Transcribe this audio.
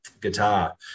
guitar